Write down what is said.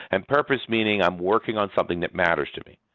and purpose meaning i'm working on something that matters to me.